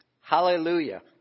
Hallelujah